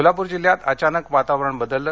कोल्हापूर जिल्ह्यात अचानक वातावरण बदललं